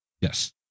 Yes